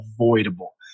avoidable